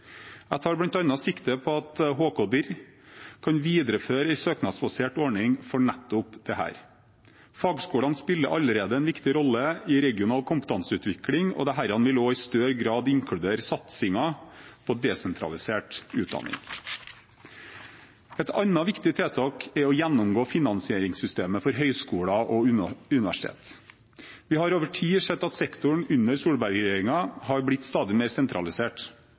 Jeg tar bl.a. sikte på at Direktoratet for høyere utdanning og kompetanse, HK-dir, kan videreføre en søknadsbasert ordning for nettopp dette. Fagskolene spiller allerede en viktig rolle i regional kompetanseutvikling, og dette vil også i større grad inkludere satsingen på desentralisert utdanning. Et annet viktig tiltak er å gjennomgå finansieringssystemet for høyskoler og universiteter. Vi har over tid sett at sektoren under Solberg-regjeringen har blitt stadig mer sentralisert.